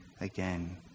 again